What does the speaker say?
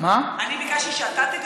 אני הצעתי שאתה תגשר.